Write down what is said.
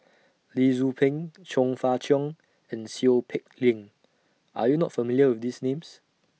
Lee Tzu Pheng Chong Fah Cheong and Seow Peck Leng Are YOU not familiar with These Names